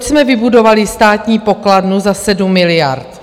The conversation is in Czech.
Proč jsme vybudovali Státní pokladnu za 7 miliard?